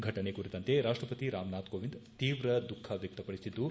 ಫಟನೆ ಕುರಿತಂತೆ ರಾಷ್ಲಪತಿ ರಾಮನಾಥ್ ಕೋವಿಂದ್ ತೀವ್ರ ದುಃಖ ವ್ಯಕ್ತಪಡಿಸಿದ್ದು